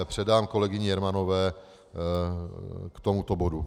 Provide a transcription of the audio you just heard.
Předám kolegyni Jermanové k tomuto bodu.